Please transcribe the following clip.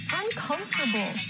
uncomfortable